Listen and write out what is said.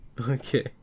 Okay